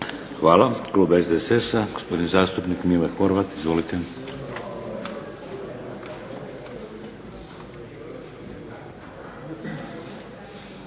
Hvala. Klub SDSS-a, gospodin zastupnik Mile Horvat. Izvolite.